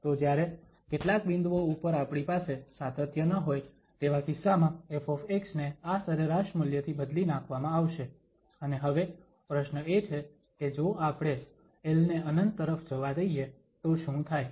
તો જ્યારે કેટલાક બિંદુઓ ઉપર આપણી પાસે સાતત્ય ન હોય તેવા કિસ્સામાં ƒ ને આ સરેરાશ મૂલ્યથી બદલી નાખવામાં આવશે અને હવે પ્રશ્ન એ છે કે જો આપણે l ને ∞ તરફ જવા દઈએ તો શું થાય